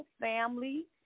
family